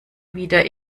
wieder